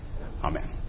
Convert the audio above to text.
amen